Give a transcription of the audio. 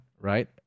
right